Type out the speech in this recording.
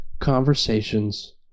conversations